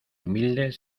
humildes